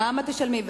כמה תשלמי?